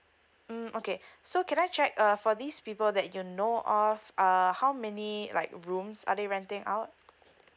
mm okay so can I check uh for these people that you know of err how many like rooms are they renting out